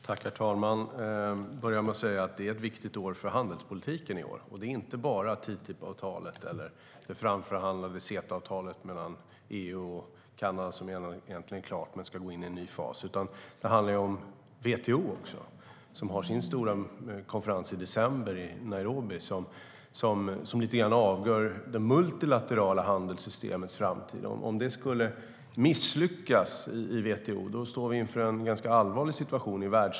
Herr talman! Det är ett viktigt år för handelspolitiken. Det handlar inte bara om TTIP-avtalet eller det framförhandlade CETA-avtalet mellan EU och Kanada, som egentligen är klart men som ska gå in i en ny fas. Det handlar också om WTO, som har sin stora konferens i Nairobi i december. Den avgör lite grann det multilaterala handelssystemets framtid. Om WTO skulle misslyckas står världshandelssystemet inför en ganska allvarlig situation.